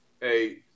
Hey